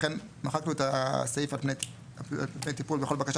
לכן מחקנו את הסעיף "על פני טיפול בכל בקשה